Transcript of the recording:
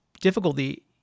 difficulty